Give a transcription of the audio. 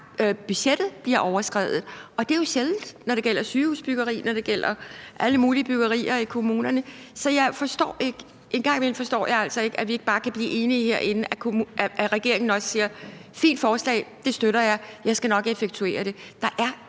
budgettet bliver overskredet, og det er jo sjældent, når det gælder sygehusbyggeri, og når det gælder alle mulige byggerier i kommunerne. Så jeg forstår det ikke. En gang imellem forstår jeg altså ikke, at vi ikke bare kan blive enige herinde, og at regeringen ikke siger: Fint forslag. Det støtter jeg. Jeg skal nok effektuere det. Der er